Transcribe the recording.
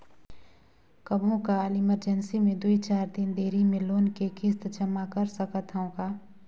कभू काल इमरजेंसी मे दुई चार दिन देरी मे लोन के किस्त जमा कर सकत हवं का?